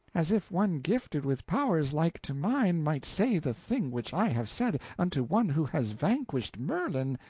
as if one gifted with powers like to mine might say the thing which i have said unto one who has vanquished merlin,